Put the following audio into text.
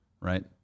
right